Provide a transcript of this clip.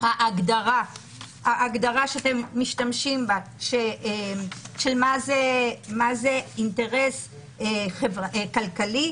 ההגדרה שאתם משתמשים בה של מה זה אינטרס כלכלי.